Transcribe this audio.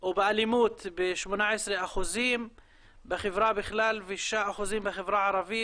או באלימות ב-18% בחברה בכלל, ו-6% בחברה הערבית.